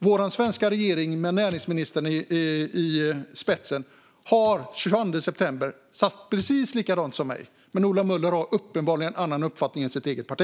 Vår svenska regering, med näringsministern i spetsen, sa den 22 september precis samma sak som jag, men Ola Möller har uppenbarligen en annan uppfattning än sitt eget parti.